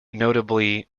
notably